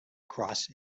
cross